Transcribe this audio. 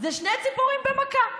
אלו שתי ציפורים במכה,